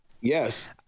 Yes